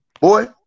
boy